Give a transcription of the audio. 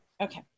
Okay